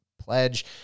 pledge